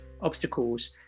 obstacles